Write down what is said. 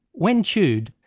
when chewed,